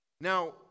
Now